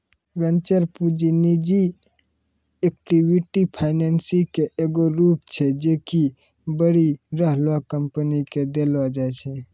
venture पूंजी निजी equity financing के एगो रूप छै जे कि बढ़ि रहलो कंपनी के देलो जाय छै